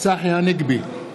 צחי הנגבי,